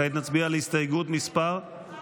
כעת נצביע על הסתייגות מס' 1